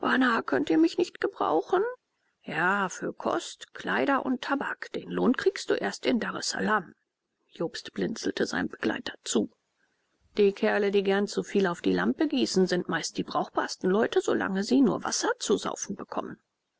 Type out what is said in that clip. könnt ihr mich nicht gebrauchen ja für kost kleider und tabak den lohn kriegst du erst in daressalam jobst blinzelte seinem begleiter zu die kerle die gern zu viel auf die lampe gießen sind meist die brauchbarsten leute solange sie nur wasser zu saufen bekommen